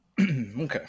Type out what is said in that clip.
Okay